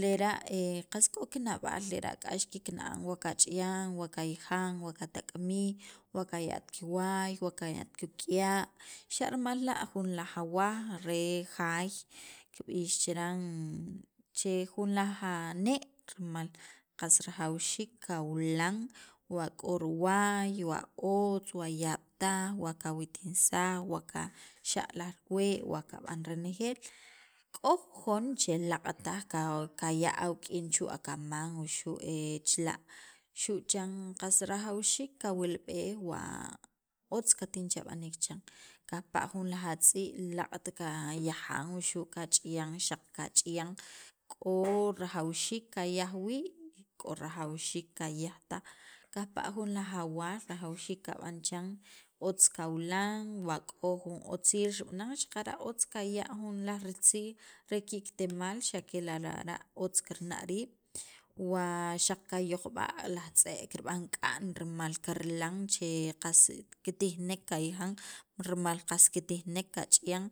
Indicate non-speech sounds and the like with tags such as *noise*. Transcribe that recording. lera' *hesitation* qas k'o kinab'al lera' k'ax kikna'an wa kach'ayan wa kayajan wa katak'mij wa kaya't kiwaay, wa kaya't kik'uya xa' rimal la' taq awaj re jaay, kib'ix chiran jun laj anee' mal qas rajawxiik kawilan wa k'o riwaay, wa otz, wa yaab' taj wa kawitinsaj, wa kaxa' laj riwe', wa kab'an renejeel k'o jujon che laaq' taj kaya' awuk'in chu' akaman wuxu' *hesitation* chila', xu' chan qas rajawxiik kawilb'ej wa otz kattijin che rib'aniik chiran kajpa' jun laj atz'ii' laaq't kayajan wuxu' kach'ayan xaq kach'ayan k'o *noise* rajawxiik kayaj wii' y k'o rajawxiik kaya'j taq kajpa' jun laj awaal rajawxiik kab'an chan otz kawilan wa k'o jun otziil rib'anan xaqara' otz kaya' jun laj ritziij re ki'kitemaal xa' kela' lara' otz kirna' riib' wa xaq jayoqb'a' laj tz'e' kirb'an k'a'n rimal karilan che qas kitijnek kayajan, rimal qas kitijnek kach'ayan.